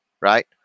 right